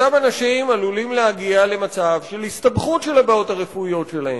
אותם אנשים עלולים להגיע למצב של הסתבכות של הבעיות הרפואיות שלהם,